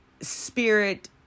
spirit